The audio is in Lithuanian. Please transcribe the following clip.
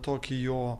tokį jo